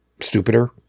stupider